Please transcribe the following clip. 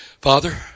Father